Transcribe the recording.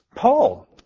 Paul